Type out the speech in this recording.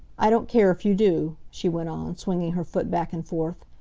i don't care if you do, she went on, swinging her foot back and forth.